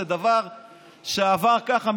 זה דבר שעבר ככה,